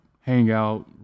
hangout